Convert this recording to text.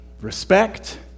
respect